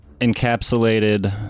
encapsulated